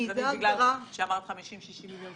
דיברת קודם על 50,60 מיליון.